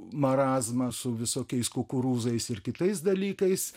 marazmą su visokiais kukurūzais ir kitais dalykais